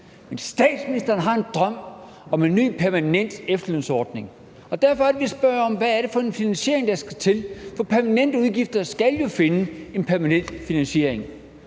Men statsministeren har en drøm om en ny permanent efterlønsordning, og det er derfor, jeg spørger, hvad det er for en finansiering, der skal til. For permanente udgifter skal jo finde en permanent finansiering.